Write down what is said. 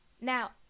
now